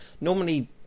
normally